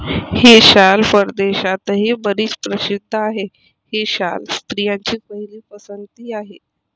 ही शाल परदेशातही बरीच प्रसिद्ध आहे, ही शाल स्त्रियांची पहिली पसंती आहे